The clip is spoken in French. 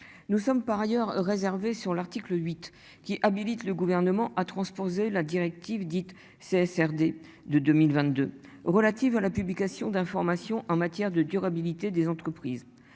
Nous sommes par ailleurs réservé sur l'article 8 qui habilite le gouvernement à transposer la directive dite c'est des de 2022 relatives à la publication d'informations en matière de durabilité des entreprises.